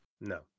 No